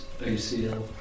ACL